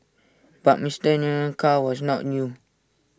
but Mister Nguyen's car was not new